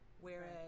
Whereas